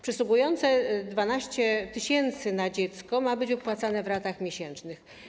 Przysługujące 12 tys. na dziecko ma być wypłacane w ratach miesięcznych.